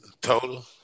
Total